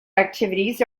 activities